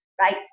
right